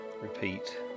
repeat